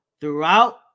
Throughout